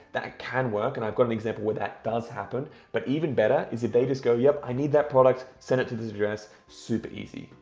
that can work, and i've got an example where that does happen but even better is if they just go yep i need that product, send it to this address. super easy.